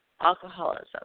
alcoholism